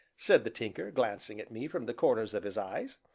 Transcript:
said the tinker, glancing at me from the corners of his eyes,